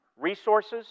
resources